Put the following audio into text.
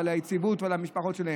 ליציבות ולמשפחות שלהן.